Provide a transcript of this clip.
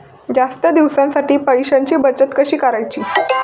जास्त दिवसांसाठी पैशांची बचत कशी करायची?